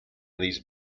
these